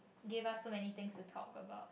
give us so many things to talk about